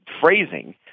phrasing